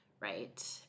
Right